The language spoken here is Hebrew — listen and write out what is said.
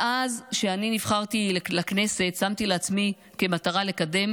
מאז נבחרתי לכנסת שמתי לעצמי למטרה לקדם